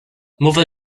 mother